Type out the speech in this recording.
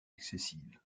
excessive